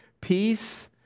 peace